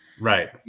right